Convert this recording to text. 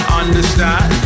understand